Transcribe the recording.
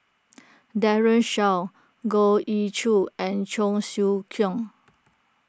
Daren Shiau Goh Ee Choo and Cheong Siew Keong